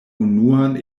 unuan